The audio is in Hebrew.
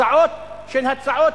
הצעות של הצעות,